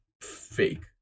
fake